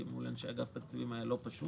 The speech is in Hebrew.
כי מול אנשי אגף התקציבים היה לא פשוט,